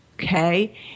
okay